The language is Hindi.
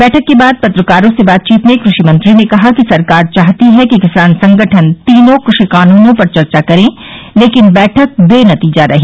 बैठक के बाद पत्रकारों से बातचीत में क्रषि मंत्री ने कहा कि सरकार चाहती है कि किसान संगठन तीनों कृषि कानूनों पर चर्चा करें लेकिन बैठक बेनतीजा रही